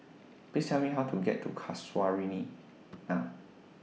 Please Tell Me How to get to Casuarina